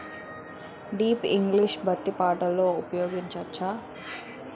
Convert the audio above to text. Drip irrigation బంతి పంటలో ఊపయోగించచ్చ?